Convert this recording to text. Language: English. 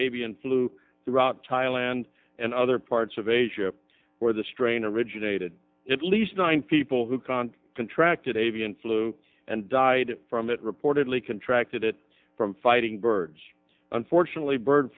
avian flu throughout thailand and other parts of asia where the strain originated it least nine people who conned contracted avian flu and died from it reportedly contract it from fighting birds unfortunately bird